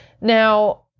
Now